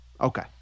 Okay